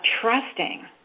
trusting